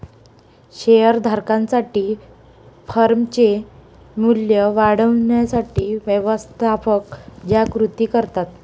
share धारकांसाठी फर्मचे मूल्य वाढवण्यासाठी व्यवस्थापक ज्या कृती करतात